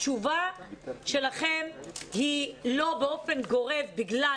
התשובה שלכם אומרת לא באופן גורף בגלל